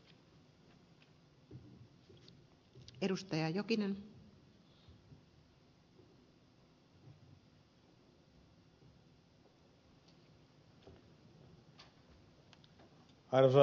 arvoisa rouva puhemies